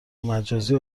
مجازی